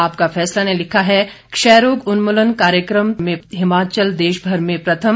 आपका फैसला ने लिखा है क्षय रोग उन्मूलन कार्यक्रम में हिमाचल देशभर में प्रथम